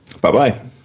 Bye-bye